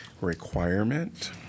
requirement